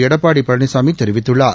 எடப்பாடி பழனிசாமி தெரிவித்துள்ளார்